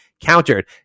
countered